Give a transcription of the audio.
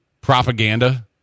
propaganda –